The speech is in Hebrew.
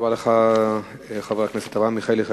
תודה רבה לך, חבר הכנסת אברהם מיכאלי.